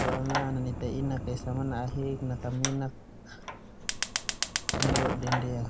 boema ana nuta inak mana'a hiik esa dei nakaminak melodi ndia.